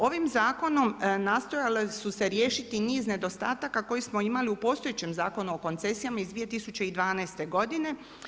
Ovim zakonom nastojale su se riješiti niz nedostataka koje smo imali u postojećem Zakonu o koncesijama iz 2012. godine.